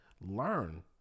Learn